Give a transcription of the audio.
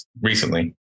recently